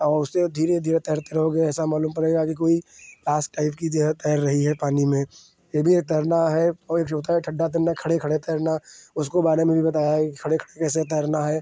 और उससे धीरे धीरे तैरते रहोगे ऐसा मालूम पड़ेगा कि कोई लाश टाइप की जो है तैर रही है पानी में यह भी एक तैरना है और एक ठी होता है ठंडा तैरना खड़े खड़े तैरना उसको बारे में भी बताया है कि खड़े खड़े कैसे तैरना है